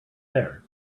there